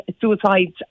suicides